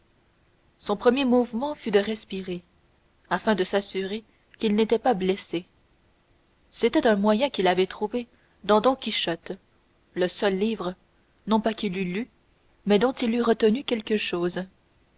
son premier mouvement fut de respirer afin de s'assurer qu'il n'était pas blessé c'était un moyen qu'il avait trouvé dans don quichotte le seul livre non pas qu'il eût lu mais dont il eût retenu quelque chose